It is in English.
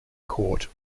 court